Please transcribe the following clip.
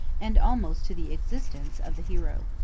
and almost to the existence, of the hero.